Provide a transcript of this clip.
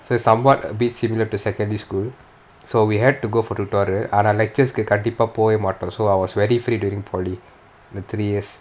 so somewhat a bit similar to secondary school so we had to go for tutorial ஆனா:aana lectures கு கண்டிப்பா போகமாட்டோம்:ku kandipaa pogamaatom so I was very free during polytechnic the three years